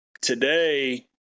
today